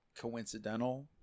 coincidental